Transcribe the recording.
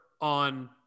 On